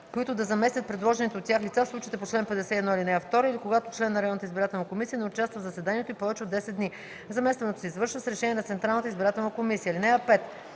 които да заместят предложените от тях лица в случаите по чл. 51, ал. 2 или когато член на районната избирателна комисия не участва в заседанията й повече от 10 дни. Заместването се извършва с решение на Централната избирателна комисия.